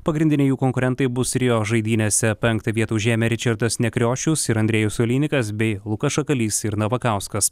pagrindiniai jų konkurentai bus rio žaidynėse penktą vietą užėmę ričardas nekriošius ir andrejus oleinikas bei lukas šakalys ir navakauskas